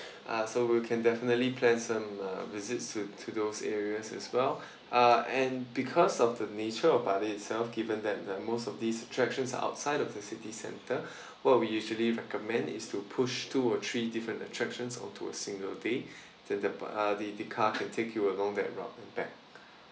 uh so we can definitely plan some visits to to those areas as well uh and because of the nature of bali itself given that most of these attractions are outside of the city centre what we usually recommend is to push two or three different attractions onto a single day then the uh the the car can take you along that route back